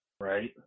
Right